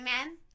Amen